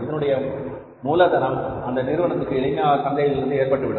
இதனுடைய மூலதனம் அந்த நிறுவனம் எளிமையாக சந்தையிலிருந்து பெற்றுவிடும்